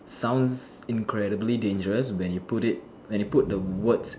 sounds incredible dangerous when you put it when you put the words